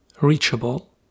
reachable